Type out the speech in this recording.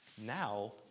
Now